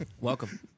welcome